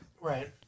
Right